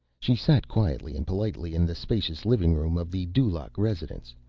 she sat quietly and politely in the spacious living room of the dulaq residence.